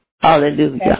Hallelujah